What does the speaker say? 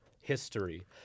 history